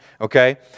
okay